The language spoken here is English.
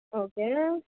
okay